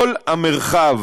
כל המרחב